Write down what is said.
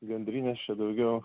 gandrinės čia daugiau